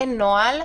אין נוהל,